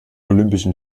olympischen